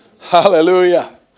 Hallelujah